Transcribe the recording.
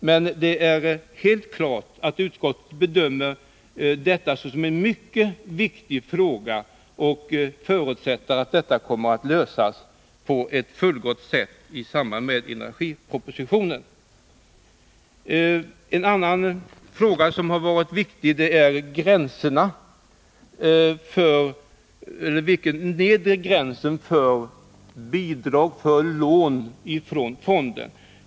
Men det är helt klart att utskottet bedömer detta som en mycket viktig fråga och förutsätter att den kommer att lösas på ett fullgott sätt i samband med energipropositionen. En annan viktig fråga gäller nedre gränsen för lån från fonden.